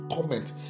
comment